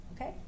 okay